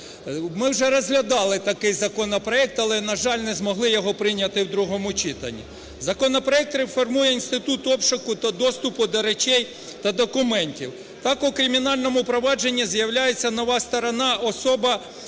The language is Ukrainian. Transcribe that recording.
Ми вже розглядали такий законопроект, але, на жаль, не змогли його прийняти в другому читанні. Законопроект реформує інститут обшуку та доступу до речей та документів. Так у кримінальному проваджені з'являється нова сторона, особа,